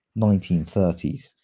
1930s